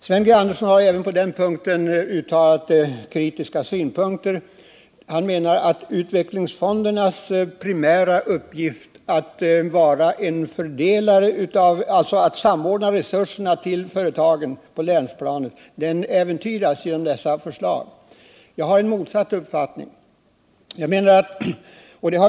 Sven G. Andersson uttalar kritiska synpunkter och menar att utvecklingsfondernas primära uppgift att samordna resurserna till företagen på länsplanet äventyras genom våra förslag. Jag har en motsatt uppfattning.